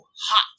hot